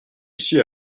ici